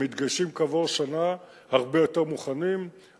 הם מתגייסים כעבור שנה הרבה יותר מוכנים,